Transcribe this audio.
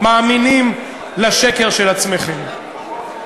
מאמינים לשקר של עצמכם.